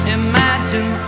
imagine